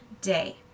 day